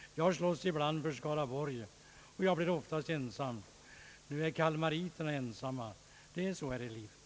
Jag slåss ibland för Skaraborgs län, och jag är då ofta ensam. Nu är kalmariterna ensamma. Det är så här i livet.